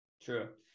True